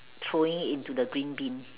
throwing into the green Bin